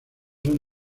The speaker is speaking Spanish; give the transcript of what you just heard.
son